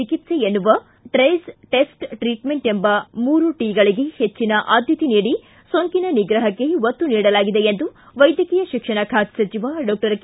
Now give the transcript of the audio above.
ಚಿಕಿತ್ಸೆ ಎನ್ನುವ trace test treatment ಮೂರು ಟಿ ಗಳಗೆ ಹೆಚ್ಚು ಆದ್ಯತೆ ನೀಡಿ ಸೋಂಕಿನ ನಿಗ್ರಹಕ್ಕೆ ಒತ್ತು ನೀಡಲಾಗಿದೆ ಎಂದು ವೈದ್ಯಕೀಯ ಶಿಕ್ಷಣ ಖಾತೆ ಸಚಿವ ಡಾಕ್ಟರ್ ಕೆ